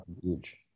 huge